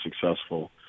successful